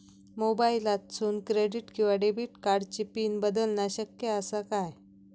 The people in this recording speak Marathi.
मोबाईलातसून क्रेडिट किवा डेबिट कार्डची पिन बदलना शक्य आसा काय?